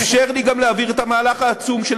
אפשרו לי גם להעביר את המהלך העצום של